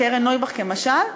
קרן נויבך כמשל,